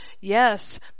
yes